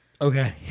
Okay